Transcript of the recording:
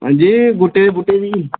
हां जी बूह्टे बूह्टे दी